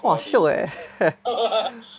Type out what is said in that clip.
!wah! shiok eh